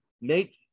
Make